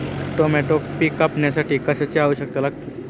Tomato पीक काढण्यासाठी कशाची आवश्यकता लागते?